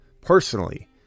Personally